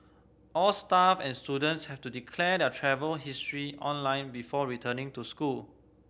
all staff and students have to declare their travel history online before returning to school